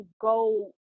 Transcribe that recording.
go